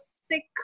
sick